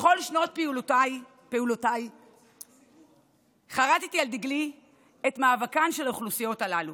בכל שנות פעילותי חרתי על דגלי את מאבקן של האוכלוסיות הללו,